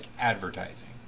advertising